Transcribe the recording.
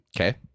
Okay